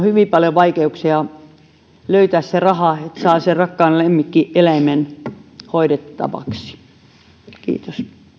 hyvin paljon vaikeuksia löytää se raha että saa rakkaan lemmikkieläimen hoidettavaksi kiitos